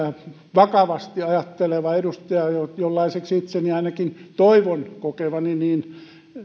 vakavasti ajatteleva edustaja jollaiseksi itseni ainakin toivon kokevani